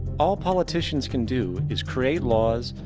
all politicians can do is create laws,